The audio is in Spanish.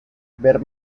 ver